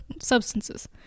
substances